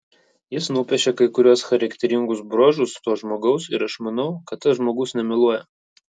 jis nupiešė kai kuriuos charakteringus bruožus to žmogaus ir aš manau kad tas žmogus nemeluoja